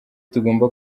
tugomba